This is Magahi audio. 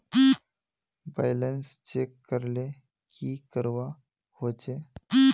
बैलेंस चेक करले की करवा होचे?